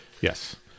Yes